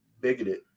bigoted